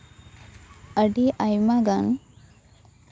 ᱟᱹᱰᱤ ᱟᱭᱢᱟ ᱜᱟᱱ